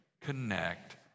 connect